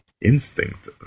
instinct